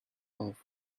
off